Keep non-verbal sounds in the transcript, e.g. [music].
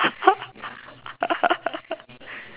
[laughs]